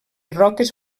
roques